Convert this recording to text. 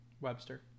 Webster